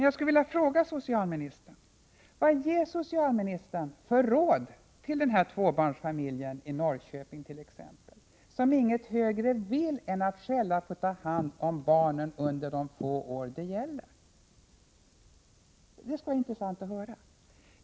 Jag skulle vilja fråga socialministern: Vad ger socialministern för råd till den här tvåbarnsfamiljen i Norrköping t.ex., som inget högre vill än att själv få ta hand om barnen under de få år det gäller? Det skulle vara intressant att höra.